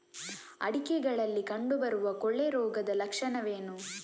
ಅಡಿಕೆಗಳಲ್ಲಿ ಕಂಡುಬರುವ ಕೊಳೆ ರೋಗದ ಲಕ್ಷಣವೇನು?